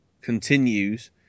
continues